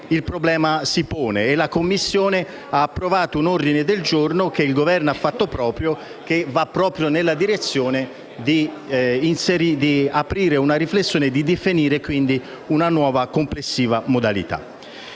il problema si pone e la Commissione ha approvato un ordine del giorno, che il Governo ha fatto proprio, che va nella direzione di aprire una riflessione sul tema e di definire quindi una nuova, complessiva modalità.